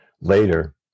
later